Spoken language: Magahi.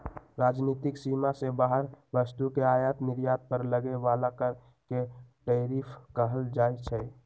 राजनीतिक सीमा से बाहर वस्तु के आयात निर्यात पर लगे बला कर के टैरिफ कहल जाइ छइ